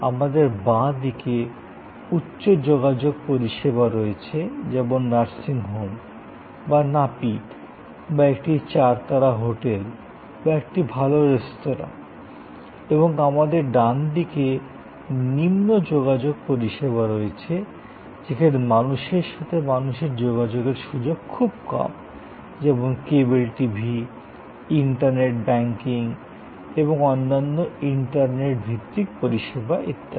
আমাদের বাঁ দিকে উচ্চ যোগাযোগ পরিষেবা রয়েছে যেমন নার্সিং হোম বা নাপিত বা একটি চার তারা হোটেল বা একটি ভাল রেস্তোঁরা এবং আমাদের ডানদিকে নিম্ন যোগাযোগ পরিষেবা রয়েছে যেখানে মানুষের সাথে মানুষের যোগাযোগের সুযোগ খুব কম যেমন কেবল টিভি ইন্টারনেট ব্যাংকিং এবং অন্যান্য ইন্টারনেট ভিত্তিক পরিষেবা ইত্যাদি